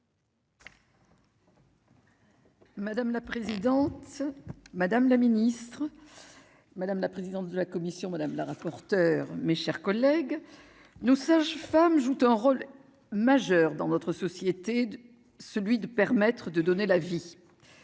Madame la présidente, madame la ministre, madame la présidente de la commission madame la rapporteure, mes chers collègues, nous sages-femmes jouent un rôle majeur dans notre société, celui de permettre de donner la vie,